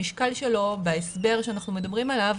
המשקל שלו בהסבר שאנחנו מדברים עליו,